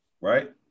right